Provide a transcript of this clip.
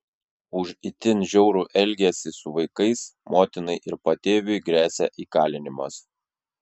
už itin žiaurų elgesį su vaikais motinai ir patėviui gresia įkalinimas